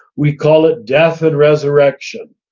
we call it death and resurrection,